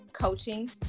coaching